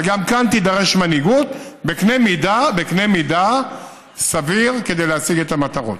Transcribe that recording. וגם כאן תידרש מנהיגות בקנה מידה סביר כדי להשיג את המטרות.